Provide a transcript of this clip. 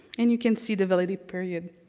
and you can see the validity period